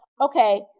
Okay